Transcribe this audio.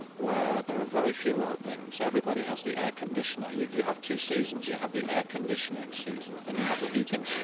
where there are very few openings. everybody has the air conditioner. you you have two seasons. you have the air conditioning season and you have the heating so